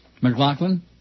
McLaughlin